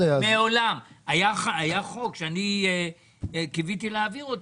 היה חוק שאני קיוויתי להעביר אותו,